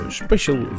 special